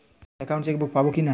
Account checkbook পাবো কি না?